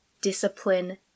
discipline